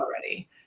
already